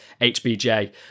HBJ